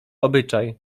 obyczaj